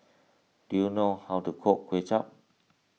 do you know how to cook Kuay Chap